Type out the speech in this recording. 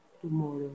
tomorrow